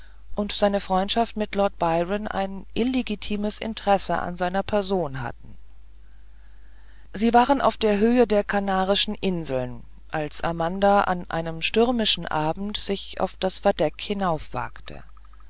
und seine freundschaft mit lord byron ein illegitimes interesse an seiner person hatten sie waren auf der höhe der kanarischen inseln als amanda an einem stürmischen abend sich auf das verdeck